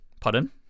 pardon